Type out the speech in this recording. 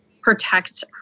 protect